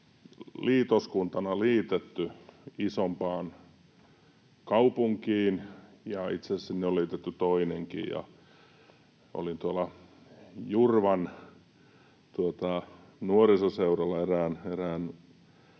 liitoskuntana liitetty isompaan kaupunkiin — ja itse asiassa siihen on liitetty toinenkin — eli olin tuolla Jurvan nuorisoseuralla erään